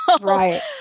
Right